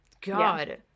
God